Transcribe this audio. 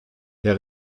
der